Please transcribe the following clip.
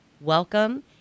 welcome